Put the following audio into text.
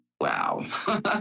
wow